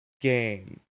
game